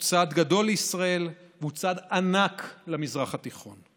צעד גדול לישראל והוא צעד ענק למזרח התיכון,